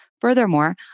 Furthermore